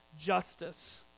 justice